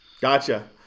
gotcha